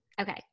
Okay